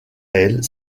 elle